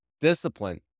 discipline